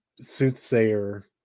soothsayer